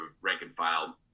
rank-and-file